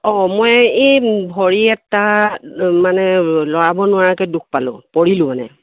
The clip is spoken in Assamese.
অঁ মই এই ভৰি এটা মানে ল'ৰাব নোৱাৰাকৈ দুখ পালোঁ পৰিলোঁ মানে